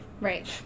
right